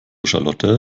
charlotte